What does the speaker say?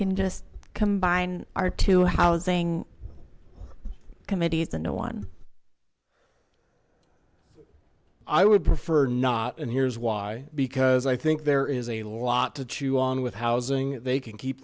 can just combine our two housing committees the no one i would prefer not and here's why because i think there is a lot to chew on with housing they can keep